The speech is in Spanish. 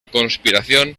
conspiración